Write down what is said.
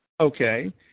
Okay